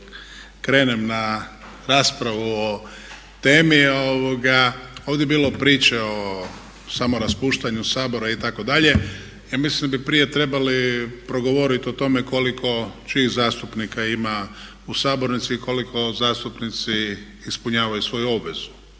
krenem na raspravu o temi ovdje je bilo priče o samo raspuštanju Sabora itd. ja mislim da bi prije trebali progovoriti o tome koliko čijih zastupnika ima u sabornici i koliko zastupnici ispunjavaju svoju obvezu